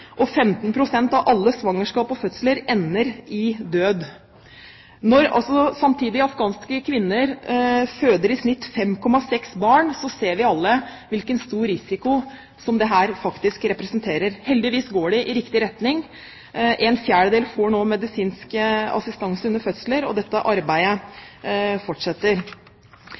og 15 pst. av alle svangerskap og fødsler ender i død. Når afghanske kvinner i snitt føder 5,6 barn, ser vi alle hvilken stor risiko dette faktisk representerer. Heldigvis går det i riktig retning. En fjerdedel får nå medisinsk assistanse under fødsler, og dette arbeidet fortsetter.